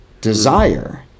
desire